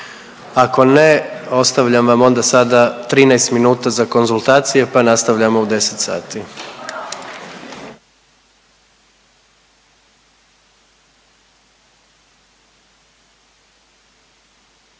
Ako ne ostavljam vam onda sada 13 minuta za konzultacije pa nastavljamo u 10 sati.